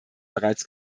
bereits